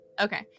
okay